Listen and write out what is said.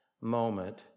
moment